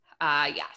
yes